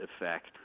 effect